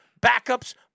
backup's